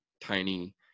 tiny